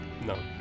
No